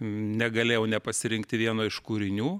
negalėjau nepasirinkti vieno iš kūrinių